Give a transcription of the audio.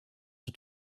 het